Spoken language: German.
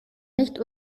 nicht